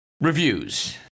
reviews